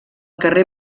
carrer